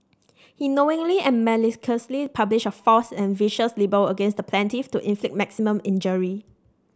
he knowingly and maliciously published a false and vicious libel against the plaintiff to inflict maximum injury